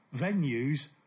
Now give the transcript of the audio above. venues